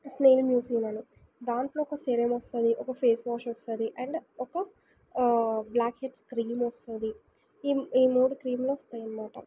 దాంట్లో ఒక సిరమొస్తుంది ఒక ఫేస్ వాషొస్తుంది అండ్ ఒక ఆ బ్ల్యాక్ హెడ్స్ క్రీమొస్తుంది ఈ ఈ మూడు క్రీములొస్తాయనమాట